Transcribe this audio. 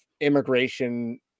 immigration